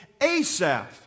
Asaph